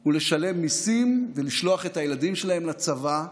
הוא לשלם מיסים ולשלוח את הילדים שלהם לצבא,